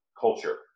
culture